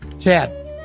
Chad